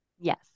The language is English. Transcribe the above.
yes